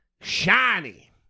shiny